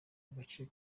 agace